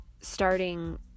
starting